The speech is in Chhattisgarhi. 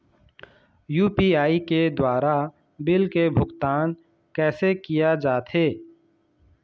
यू.पी.आई के द्वारा बिल के भुगतान कैसे किया जाथे?